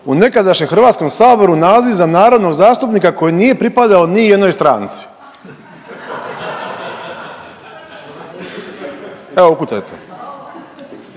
„u nekadašnjem HS naziv za narodnog zastupnika koji nije pripadao nijednoj stranci“. Evo ukucajte.